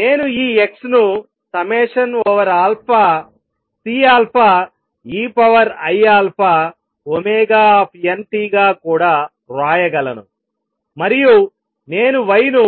నేను ఈ x ను Ceiαωnt గా కూడా వ్రాయగలను మరియు నేను y ను